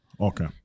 Okay